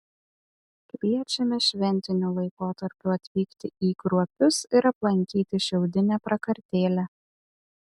kviečiame šventiniu laikotarpiu atvykti į kruopius ir aplankyti šiaudinę prakartėlę